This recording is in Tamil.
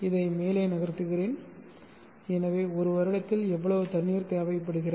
இதை மேலே நகர்த்துகிறேன் எனவே ஒரு வருடத்தில் எவ்வளவு தண்ணீர் தேவைப்படுகிறது